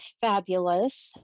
fabulous